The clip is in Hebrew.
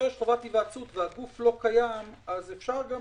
כשיש חובת היוועצות והגוף לא קיים אז אפשר גם